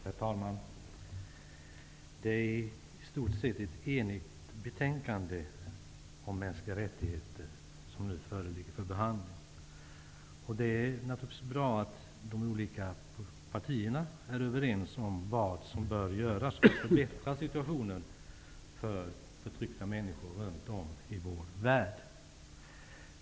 Herr talman! Utskottet är i stort sett enigt om det betänkande om mänskliga rättigheter som nu behandlas. Det är naturligtvis bra att de olika partierna är överens om vad som bör göras för att förbättra situationen för förtryckta människor runt om i vår värld.